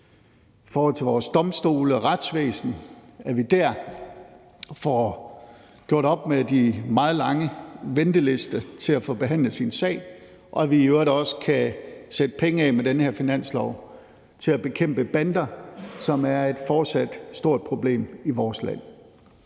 i forhold til vores domstole og retsvæsen. Vi får der gjort op med de meget lange ventelister, der er til at få behandlet sin sag, og vi kan i øvrigt med den her finanslov også sætte penge af til at bekæmpe bander, som fortsat er et stort problem i vores land.